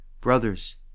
Brothers